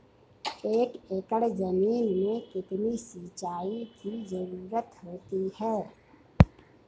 एक एकड़ ज़मीन में कितनी सिंचाई की ज़रुरत होती है?